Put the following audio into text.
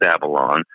Babylon